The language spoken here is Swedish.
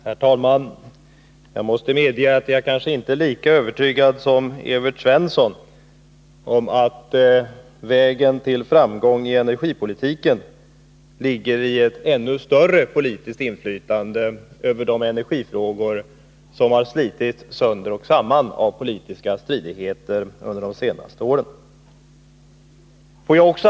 Herr talman! Jag måste medge att jag kanske inte är lika övertygad som Evert Svensson om att vägen till framgång i energipolitiken ligger i ett ännu större politiskt inflytande över de energifrågor som har slitits sönder och samman av politiska stridigheter under de senaste åren.